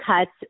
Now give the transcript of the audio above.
cuts